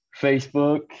Facebook